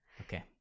Okay